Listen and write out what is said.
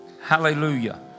Hallelujah